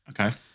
okay